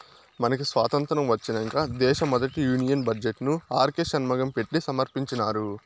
మనకి సాతంత్రం ఒచ్చినంక దేశ మొదటి యూనియన్ బడ్జెట్ ను ఆర్కే షన్మగం పెట్టి సమర్పించినారు